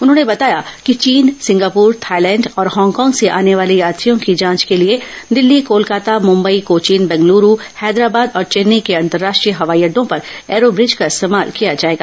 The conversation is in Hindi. उन्होंने बताया कि चीन सिंगापुर थाइलैंड और हांगकांग से आने वाले यात्रियों की जांच के लिए दिल्ली कोलकाता मुम्बई कोचीन बेंगलूरू हैदराबाद और चेन्नई के अंतर्राष्ट्रीय हवाईअड्डों पर एयरो ब्रिज का इस्तेमाल किया जाएगा